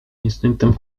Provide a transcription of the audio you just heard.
instynktem